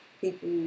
people